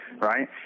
right